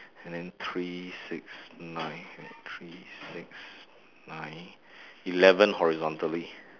and then three six nine wait three six nine eleven horizontally